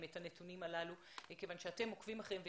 את הנתונים הללו כיוון שאתם עוקבים אחריהם.